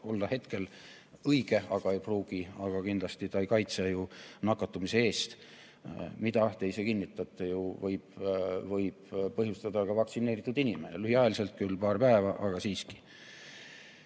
olla hetkel õige, aga ei pruugi. Kindlasti see ei kaitse nakatumise eest, mida, nagu te ka ise kinnitate, võib põhjustada ka vaktsineeritud inimene. Lühiajaliselt küll, paar päeva, aga siiski.